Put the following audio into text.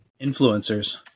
Influencers